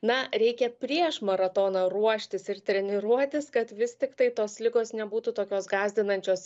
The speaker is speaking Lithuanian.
na reikia prieš maratoną ruoštis ir treniruotis kad vis tiktai tos ligos nebūtų tokios gąsdinančios